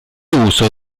uso